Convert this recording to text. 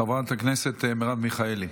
חברת הכנסת מרב מיכאלי.